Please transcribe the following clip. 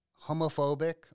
homophobic